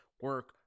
Work